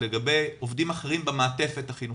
לגבי עובדים אחרים במעטפת החינוכית,